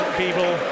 people